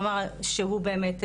הוא אמר שהוא באמת,